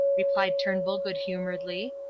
replied turnbull good-humouredly,